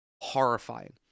horrifying